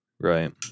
right